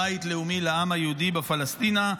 בית לאומי לעם היהודי בפלשתינה.